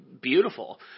beautiful